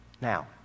now